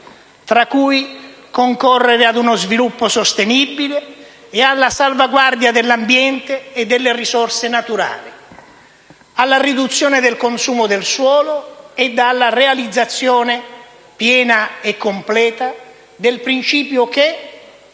tra cui concorrere a uno sviluppo sostenibile e alla salvaguardia dell'ambiente e delle risorse naturali, alla riduzione del consumo del suolo e alla realizzazione piena e completa del principio che